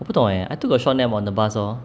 我不懂 eh I took a short nap on the bus lor